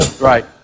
right